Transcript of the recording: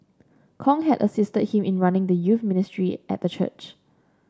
Kong had assisted him in running the youth ministry at the church